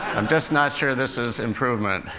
i'm just not sure this is improvement.